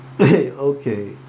okay